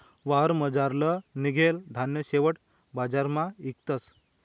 वावरमझारलं निंघेल धान्य शेवट बजारमा इकतस